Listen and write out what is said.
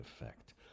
effect